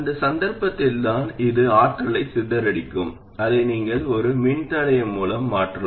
அந்தச் சந்தர்ப்பத்தில்தான் இது ஆற்றலைச் சிதறடிக்கும் அதை நீங்கள் ஒரு மின்தடை மூலம் மாற்றலாம்